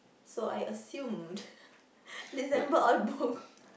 so I assumed December all booked